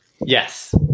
yes